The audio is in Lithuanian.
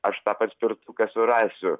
aš tą paspirtuką surasiu